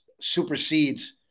supersedes